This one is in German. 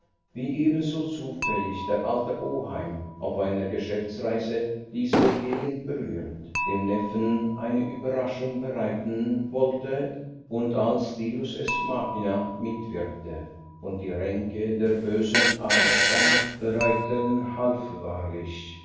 wie ebenso zufällig der alte oheim auf einer geschäftsreise diese gegenden berührt dem neffen eine überraschung bereiten wollte und als deus ex machina mitwirkte und die ränke der bösen aarstein vereiteln